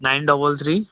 nine double three